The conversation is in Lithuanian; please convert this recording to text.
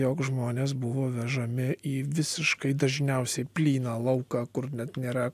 jog žmonės buvo vežami į visiškai dažniausiai plyną lauką kur net nėra